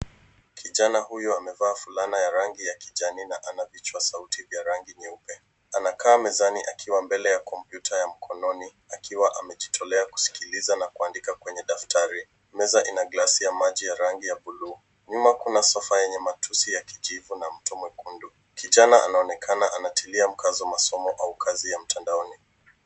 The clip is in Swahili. Kijana huyu amevaa fulana ya rangi ya kijani na ana vichwa vya sauti vya rangi nyeupe. Anakaa mezani akiwa mbele ya kompyuta ya mkononi akiwa amejitolea kusikiliza na kuandika kwenye daftari. Meza ina gilasi ya maji ya rangi buluu. Nyuma kuna sofa yenye matusi ya kijivu na mto mwekundu. Kijana anaonekana anatilia mkazo masomo au kazi ya mtandaoni.